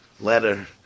letter